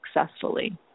successfully